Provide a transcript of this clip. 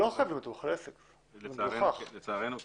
לצערנו כן.